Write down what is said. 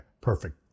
perfect